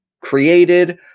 created